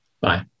Bye